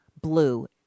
blue